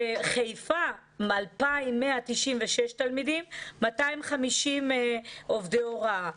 בחיפה 2,196 תלמידים, 250 עובדי הוראה.